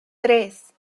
tres